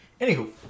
Anywho